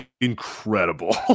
incredible